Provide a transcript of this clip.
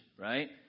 Right